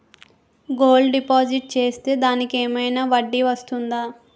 Gold deposit చేస్తే దానికి ఏమైనా వడ్డీ వస్తుందా?